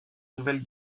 nouvelle